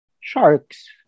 Sharks